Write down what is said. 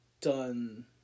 done